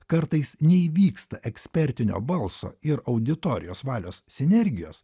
kartais neįvyksta ekspertinio balso ir auditorijos valios sinergijos